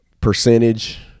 percentage